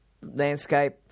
landscape